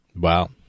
Wow